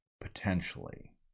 Potentially